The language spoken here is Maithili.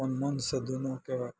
अपन मनसँ दुनूके